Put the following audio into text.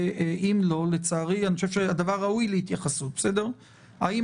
אם לא אני חושב שהדבר ראוי להתייחסות האם